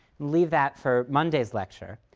leave that for monday's lecture,